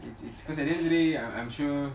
it's it's cause at the end of the day I'm sure